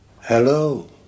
Hello